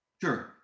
Sure